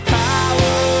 power